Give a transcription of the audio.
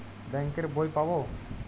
Bank এর বই পাবো?